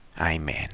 Amen